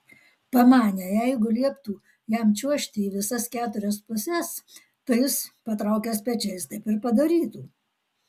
pamanė jeigu lieptų jam čiuožti į visas keturias puses tai jis patraukęs pečiais taip ir padarytų